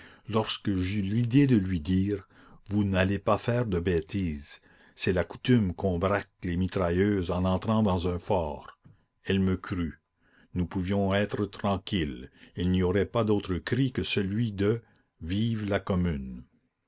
lorsque j'eus l'idée de lui dire vous n'allez pas faire de bêtises c'est la coutume qu'on braque les mitrailleuses en entrant dans un fort elle me crut nous pouvions être tranquilles il n'y aurait pas d'autre cri que celui de vive la commune